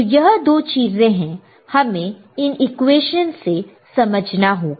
तो यह दो चीजें है हमें इन इक्वेशन से समझना होगा